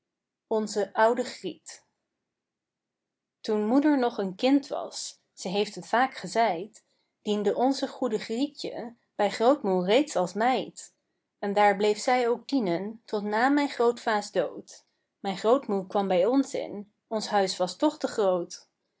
onze oude griet toen moeder nog een kind was ze heeft het vaak gezeid diende onze goede grietje bij grootmoe reeds als meid en daar bleef zij ook dienen tot na mijn grootva's dood mijn grootmoe kwam bij ons in ons huis was toch te groot